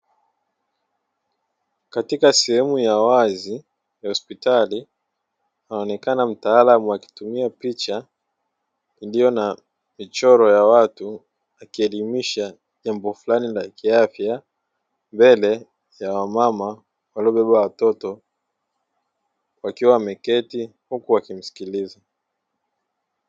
Katika sehemu ya wazi ya hospitali anaonekana mtaalamu akitumia picha iliyo na michoro ya watu, ikielimisha jambo fulani la kiafya mbele ya wamama waliobeba watoto wakiwa wameketi huku wakimsikiliza.